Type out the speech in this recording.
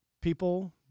people